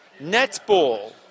netball